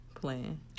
plan